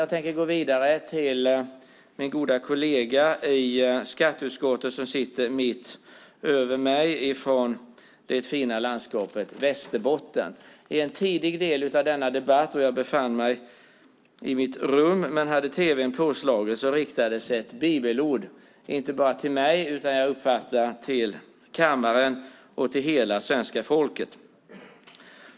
Jag tänker gå vidare till min goda kollega i skatteutskottet som sitter mitt över min plats i kammaren och som kommer från det fina landskapet Västerbotten. I en tidig del av denna debatt då jag befann mig i mitt rum men hade tv:n påslagen riktades ett bibelord inte bara till mig utan som jag uppfattade det till kammaren och hela svenska folket.